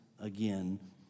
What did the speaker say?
again